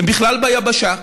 הם בכלל ביבשה,